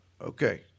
Okay